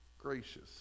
gracious